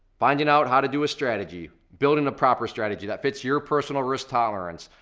finding out how to do a strategy, building a proper strategy that fits your personal risk tolerance,